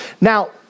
Now